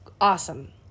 awesome